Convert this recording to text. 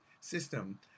system